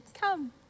come